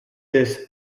this